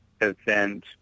event